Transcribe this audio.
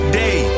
day